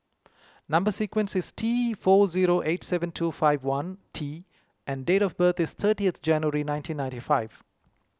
Number Sequence is T four zero eight seven two five one T and date of birth is thirtieth January nineteen ninety five